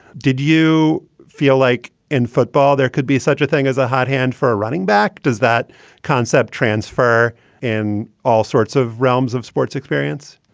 did you feel like in football there could be such a thing as a hot hand for a running back? does that concept transfer in all sorts of realms of sports experience?